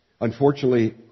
Unfortunately